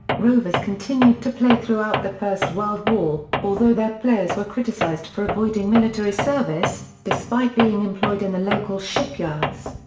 rovers continued to play throughout the first world war, although their players were criticised for avoiding military service, despite being employed in the local shipyards.